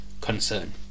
concern